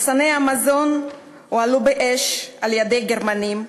מחסני המזון הועלו באש על-ידי גרמנים,